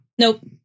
nope